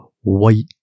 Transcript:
white